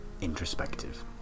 introspective